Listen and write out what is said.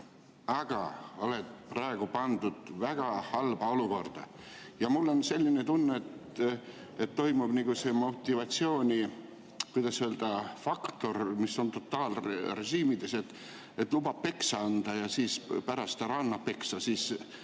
sa oled praegu pandud väga halba olukorda. Mul on selline tunne, et toimib nagu see motivatsiooni, kuidas öelda, faktor, mis on totaalrežiimides, et lubad peksa anda ja siis pärast ei anna peksa, siis